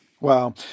Wow